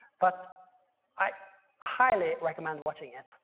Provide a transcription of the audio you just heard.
but i highly recommend watching it.